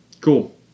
Cool